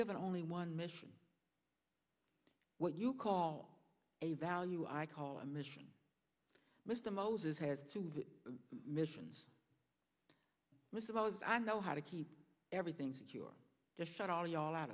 given only one mission what you call a value i call a mission mr moses has two missions most of all i know how to keep everything secure just shut all you all out